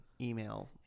email